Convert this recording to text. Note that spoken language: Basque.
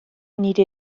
nire